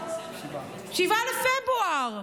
7. 7 בפברואר.